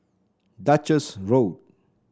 Duchess Road